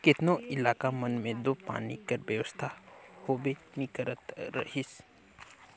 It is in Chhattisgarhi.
केतनो इलाका मन मे दो पानी कर बेवस्था होबे नी करत रहिस